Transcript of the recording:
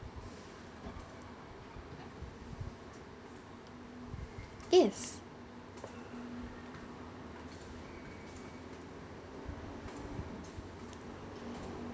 yes